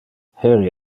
heri